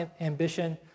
ambition